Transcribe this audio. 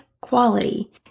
quality